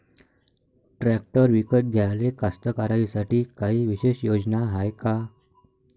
Tractor विकत घ्याले कास्तकाराइसाठी कायी विशेष योजना हाय का?